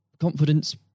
confidence